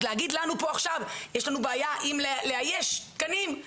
אז להגיד לנו פה עכשיו יש לנו בעיה עם לאייש תקנים,